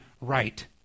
right